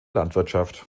landwirtschaft